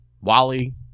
Wally